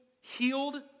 healed